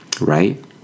right